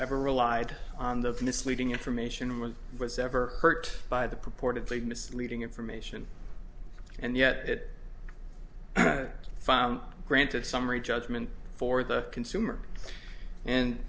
ever relied on the misleading information which was ever hurt by the purportedly misleading information and yet it had granted summary judgment for the consumer and